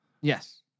Yes